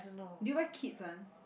do you wear kids one